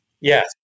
Yes